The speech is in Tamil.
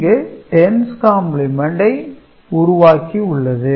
இங்கு 10's கம்பிளிமெண்டை உருவாகி உள்ளது